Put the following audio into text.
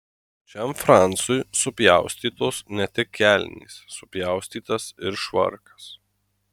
pačiam francui supjaustytos ne tik kelnės supjaustytas ir švarkas